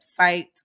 website